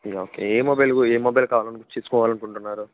okay ఏ mobile గురిం ఏ మొబైల్ కావాలని తీసుకోవాలని అనుకుంటున్నారు